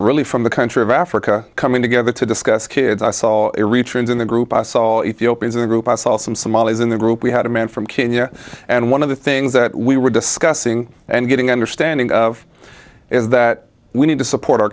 really from the country of africa coming together to discuss kids i saw it retrains in the group i saw it the opening group us all some somalis in the group we had a man from kenya and one of the things that we were discussing and getting understanding of is that we need to support our